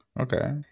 Okay